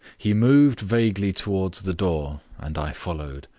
he moved vaguely towards the door and i followed.